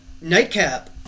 nightcap